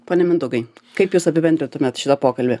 pone mindaugai kaip jūs apibendrintumėt šitą pokalbį